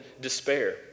despair